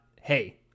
hey